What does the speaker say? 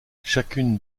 chacune